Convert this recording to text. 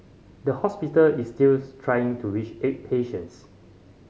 the hospital is still trying to reach eight patients